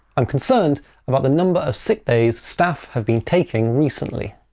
i'm concerned about the number of sick days staff have been taking recently.